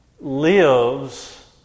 lives